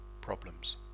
problems